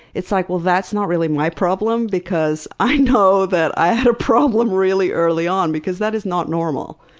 it's like, well that's not really my problem, because i know that i had a problem really early on, because that is not normal.